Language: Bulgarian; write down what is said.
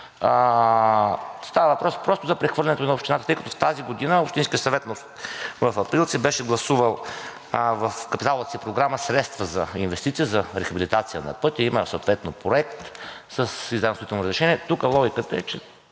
става въпрос просто за прехвърлянето на Общината, тъй като тази година Общинският съвет в Априлци беше гласувал в капиталовата си програма средства за инвестиции за рехабилитация на пътя, има съответно проект с излязло строително разрешение. Тук логиката е, че